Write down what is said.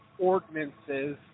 ordinances